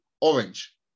Orange